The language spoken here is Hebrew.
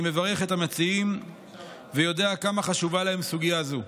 אני מברך את המציעים ויודע כמה חשובה להם סוגיה זו.